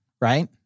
right